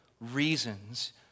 reasons